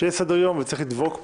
שיהיה סדר-יום, וצריך לדבוק בו,